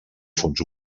fonts